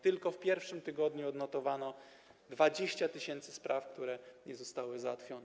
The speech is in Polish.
Tylko w pierwszym tygodniu odnotowano 20 tys. spraw, które nie zostały załatwione.